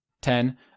Ten